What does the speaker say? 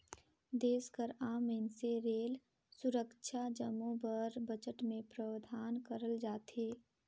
देस कर आम मइनसे रेल, सुरक्छा जम्मो बर बजट में प्रावधान करल जाथे